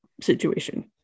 situation